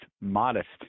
modest